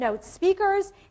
speakers